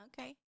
Okay